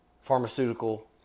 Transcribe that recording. pharmaceutical